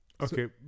Okay